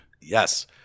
Yes